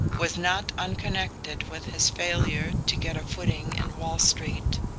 was not unconnected with his failure to get a footing in wall street.